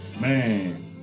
Man